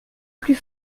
plus